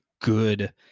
good